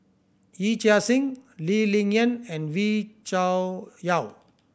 Yee Chia Hsing Lee Ling Yen and Wee Cho Yaw